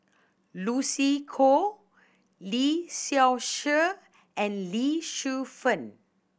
Lucy Koh Lee Seow Ser and Lee Shu Fen